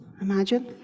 Imagine